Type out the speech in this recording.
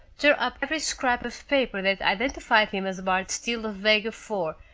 tore up every scrap of paper that identified him as bart steele of vega four,